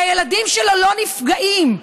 והילדים שלו לא נפגעים,